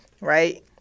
right